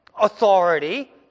authority